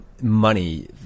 money